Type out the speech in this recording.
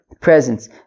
presence